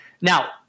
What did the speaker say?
now